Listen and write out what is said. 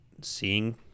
seeing